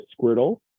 Squirtle